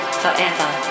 forever